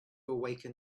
awaken